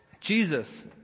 Jesus